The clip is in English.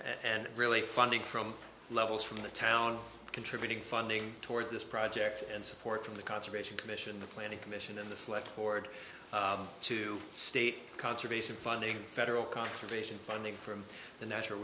and really funding from levels from the town contributing funding toward this project and support from the conservation commission the planning commission and the select board to state conservation funding federal conservation funding from the natural